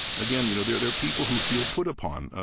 again, you know, they're they're people who feel put upon.